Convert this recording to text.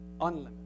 unlimited